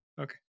Okay